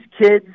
kids